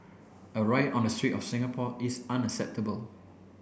a riot on the street of Singapore is unacceptable